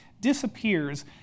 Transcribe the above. disappears